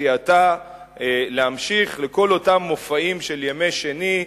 סיעתה להמשיך לכל אותם מופעים של ימי שני,